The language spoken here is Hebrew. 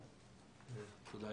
תודה,